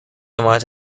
حمایت